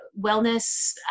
wellness